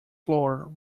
floor